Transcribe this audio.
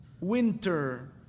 winter